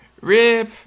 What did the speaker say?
RIP